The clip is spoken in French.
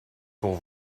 pour